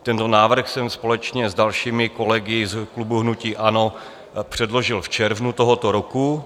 Tento návrh jsem společně s dalšími kolegy z klubu hnutí ANO předložil v červnu tohoto roku.